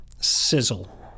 sizzle